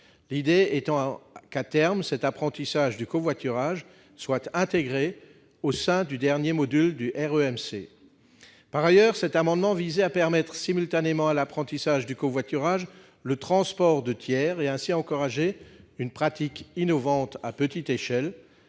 L'idée étant que, à terme, l'apprentissage du covoiturage soit intégré au sein du dernier module du REMC. Par ailleurs, cet amendement tendait à permettre, simultanément à l'apprentissage du covoiturage, le transport de tiers, afin d'encourager une pratique innovante à petite échelle